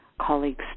colleagues